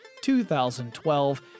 2012